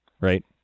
right